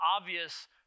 obvious